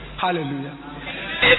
Hallelujah